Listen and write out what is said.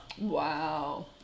Wow